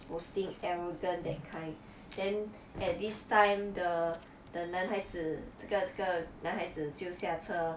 boasting arrogant that kind then at this time the the 男孩子这个这个男孩子就下车